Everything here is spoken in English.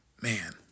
Man